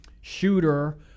shooter